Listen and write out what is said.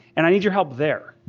and i need your help there.